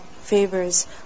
Favors